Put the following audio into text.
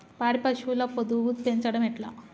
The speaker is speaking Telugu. పాడి పశువుల పొదుగు పెంచడం ఎట్లా?